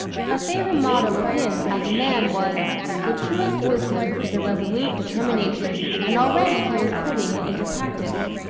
a favorite motto with him, as a man, was the truest wisdom is a resolute determination, and already he was putting it into practice.